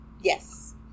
yes